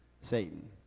Satan